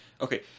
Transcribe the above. Okay